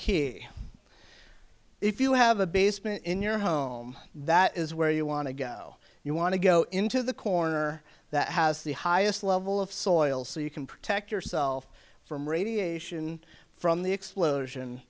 key if you have a basement in your home that is where you want to go you want to go into the corner that has the highest level of soil so you can protect yourself from radiation from the explosion